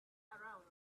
around